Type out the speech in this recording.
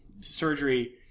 surgery